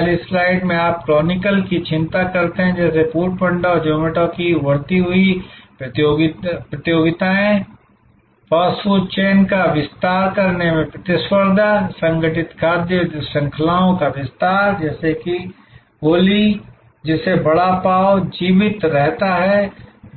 पहली स्लाइड में आप क्रॉनिकल की चिंता करते हैं जैसे फूड पांडा और ज़ोमैटो की उभरती हुई प्रतियोगिताओं फ़ास्ट फ़ूड चेन का विस्तार करने से प्रतिस्पर्धा संगठित खाद्य श्रृंखलाओं का विस्तार जैसे कि गोलि जिसे वड़ा पाव जीवित रहता है